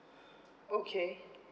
okay